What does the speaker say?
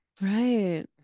Right